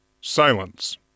Silence